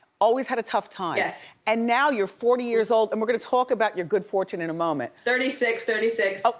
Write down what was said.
always had a tough time. yes. and now you're forty years old. and we're gonna talk about your good fortune in a moment. thirty six, thirty six.